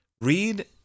read